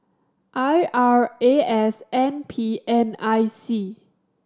I R A S N P and I C